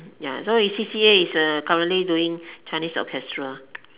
ya so his C_C_A is currently doing chinese orchestra